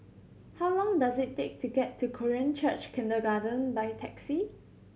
how long does it take to get to Korean Church Kindergarten by taxi